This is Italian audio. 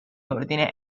ordine